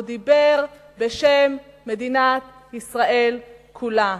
והוא דיבר בשם מדינת ישראל כולה.